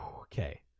Okay